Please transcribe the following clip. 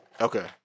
Okay